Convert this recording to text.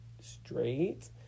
straight